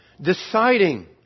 deciding